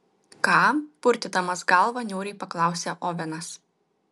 ką purtydamas galvą niūriai paklausė ovenas